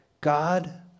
God